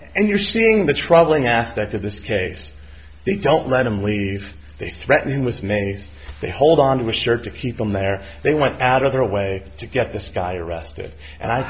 and you're seeing the troubling aspect of this case they don't write him leave they threaten with mayes they hold onto a shirt to keep them there they went out of their way to get this guy arrested and i